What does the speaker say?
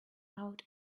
out